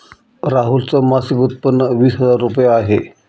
राहुल च मासिक उत्पन्न वीस हजार रुपये आहे